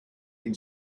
and